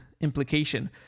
implication